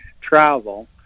travel